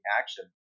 action